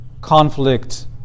conflict